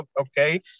okay